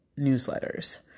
newsletters